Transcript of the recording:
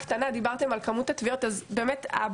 דיברתם על כמות התביעות אז עשיתי בדיקה קטנה,